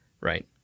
Right